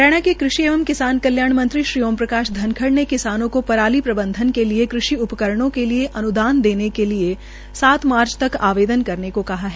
हरियाणा के कृषि एवं किसान कल्याण मंत्री श्री ओम प्रकाश धनखड़ ने किसानों को पराली प्रबंधन के लिये कृषि उपकरणों के लिये अनुदान लेने के लिये सात मार्च तक आवेदक करने को कहा है